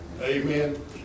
amen